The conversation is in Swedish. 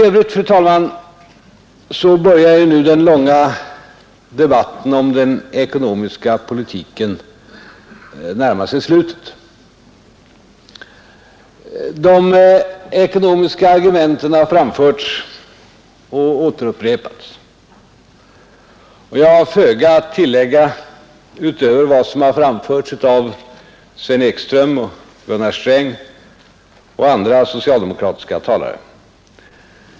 Emellertid börjar nu den långa debatten om den ekonomiska politiken närma sig slutet. Argumenten har framförts och återupprepats, och jag har föga att tillägga utöver vad som sagts av Sven Ekström, Gunnar Sträng och andra socialdemokratiska talare.